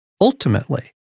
Ultimately